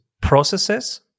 processes